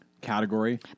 Category